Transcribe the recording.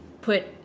put